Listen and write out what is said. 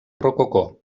rococó